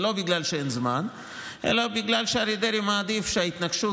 ולא בגלל שאין זמן אלא בגלל שאריה דרעי מעדיף שההתנגשות